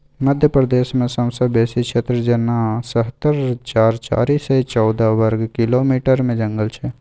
मध्य प्रदेशमे सबसँ बेसी क्षेत्र जेना सतहत्तर हजार चारि सय चौदह बर्ग किलोमीटरमे जंगल छै